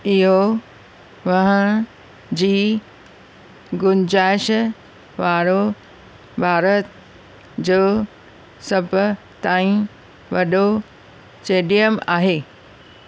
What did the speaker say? इहो वहण जी गुंजाइश वारो भारत जो सभु ताईं वॾो स्टेडियम आहे